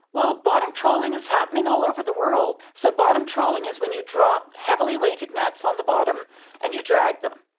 well, bottom trawling is happening all over the world. so bottom trawling is when you drop heavily weighted nets on the bottom and you drag them,